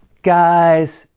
guys,